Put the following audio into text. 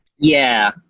yeah.